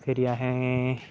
फिरी असें